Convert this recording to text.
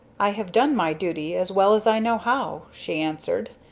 i have done my duty as well as i know how, she answered.